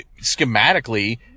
schematically